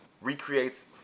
recreates